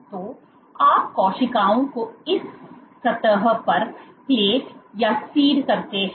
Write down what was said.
तो आप कोशिकाएं को इस सतह पर प्लेट या सीड करते हैं